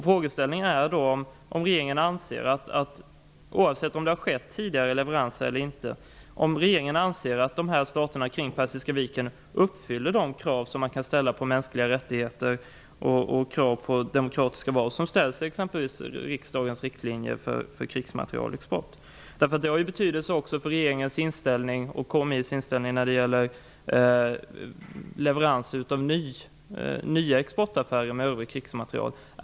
Frågan är då om regeringen anser, ovsett om det har skett tidigare leveranser eller inte, att staterna kring Persiska viken uppfyller de krav som man kan ställa när det gäller mänskliga rättigheter och demokratiska val. Dessa krav ställs bl.a. i riksdagens riktlinjer för krigsmaterielexport. Det har ju också betydelse för regeringens och KMI:s inställning när det gäller nya exportaffärer med övrigt krigsmateriel.